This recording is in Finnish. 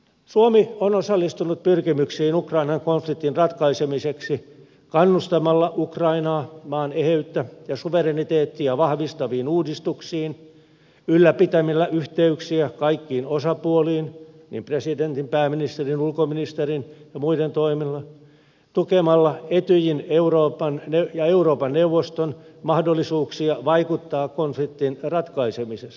suomi on osallistunut pyrkimyksiin ukrainan konfliktin ratkaisemiseksi kannustamalla ukrainaa maan eheyttä ja suvereniteettia vahvistaviin uudistuksiin ylläpitämällä yhteyksiä kaikkiin osapuoliin niin presidentin pääministerin ulkoministerin kuin muidenkin toimilla tukemalla etyjin ja euroopan neuvoston mahdollisuuksia vaikuttaa konfliktin ratkaisemisessa